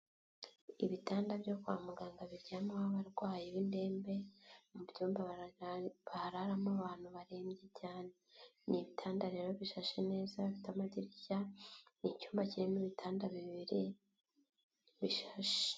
Ibitanda byo kwa muganga biryamaho abarwayi b'indembe, mu byumba hararamo abantu barembye cyane. Ni ibitanda rero bishashe neza, bifite amadirishya, icyumba kirimo ibitanda bibiri bishashe.